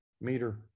meter